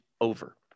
over